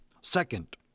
Second